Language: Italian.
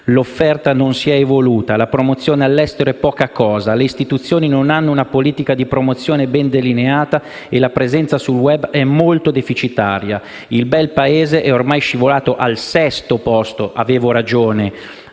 l'offerta non si è evoluta, la promozione all'estero è poca cosa, le istituzioni non hanno una politica di promozione ben delineata e la presenza sul *web* è molto deficitaria. Il Belpaese è ormai scivolato al sesto posto» - avevo ragione